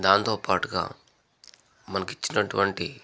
దాంతో పాటుగా మనకు ఇచ్చినటువంటి